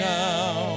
now